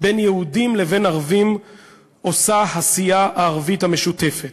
בין יהודים לבין ערבים עושה הסיעה הערבית המשותפת,